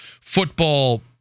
football